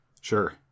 Sure